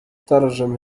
ترجم